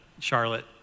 Charlotte